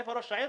איפה ראש העיר?